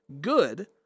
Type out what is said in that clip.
good